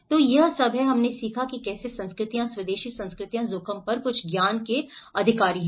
तो यह सब है हमने सीखा है कि कैसे संस्कृतियों स्वदेशी संस्कृतियों जोखिम पर कुछ ज्ञान के अधिकारी हैं